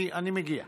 אני מגיע.